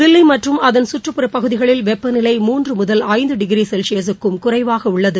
தில்லிமற்றும் அதன் கற்றுப்புற பகுதிகளில் வெப்பநிலை மூன்றுமுதல் ஐந்துடிகிரிசெல்சியஸுக்கும் குறைவாகஉள்ளது